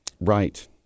Right